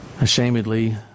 Ashamedly